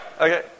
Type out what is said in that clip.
Okay